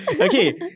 Okay